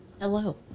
Hello